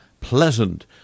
pleasant